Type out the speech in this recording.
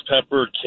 pepper